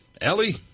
Ellie